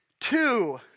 Two